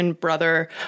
Brother